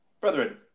brethren